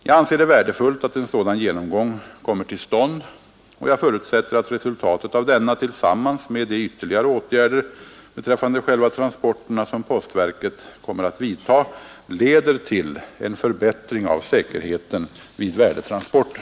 Jag anser det värdefullt att en sådan genomgång kommer till stånd, och jag förutsätter att resultatet av denna — tillsammans med de ytterligare åtgärder beträffande själva transporterna som postverket kommer att vidta — leder till en förbättring av säkerheten vid värdetransporter.